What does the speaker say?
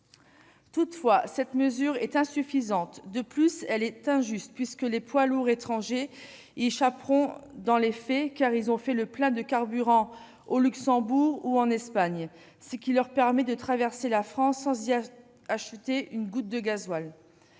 Toutefois, cette mesure est insuffisante. De plus, elle est injuste, puisque, dans les faits, les poids lourds étrangers y échapperont en faisant le plein de carburant au Luxembourg ou en Espagne, ce qui leur permettra de traverser la France sans y acheter une goutte de gazole.